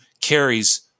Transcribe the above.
carries